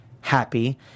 happy